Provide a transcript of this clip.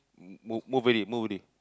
m~ move already move already